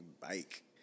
bike